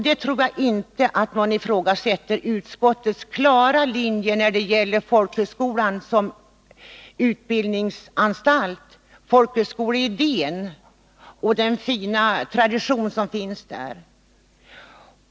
Jag tror inte att någon ifrågasätter utskottets klara linje när det gäller folkhögskolan som utbildningsanstalt, folkhögskoleidén och den fina tradition som finns där.